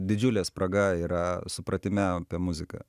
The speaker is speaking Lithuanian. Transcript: didžiulė spraga yra supratime apie muziką